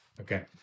Okay